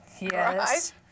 Yes